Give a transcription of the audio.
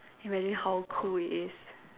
imagine how cool it is